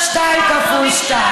2x2,